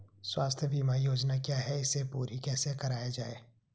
स्वास्थ्य बीमा योजना क्या है इसे पूरी कैसे कराया जाए?